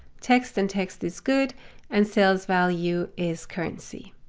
texts and text is good and sales value is currency.